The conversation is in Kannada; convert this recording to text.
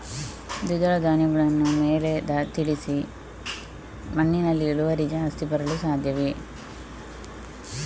ದ್ವಿದಳ ಧ್ಯಾನಗಳನ್ನು ಮೇಲೆ ತಿಳಿಸಿ ಮಣ್ಣಿನಲ್ಲಿ ಇಳುವರಿ ಜಾಸ್ತಿ ಬರಲು ಸಾಧ್ಯವೇ?